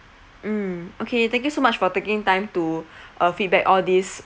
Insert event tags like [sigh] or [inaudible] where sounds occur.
mm okay thank you so much for taking time to [breath] uh feedback all this